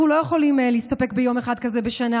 אנחנו לא יכולים להסתפק ביום אחד כזה בשנה,